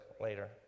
later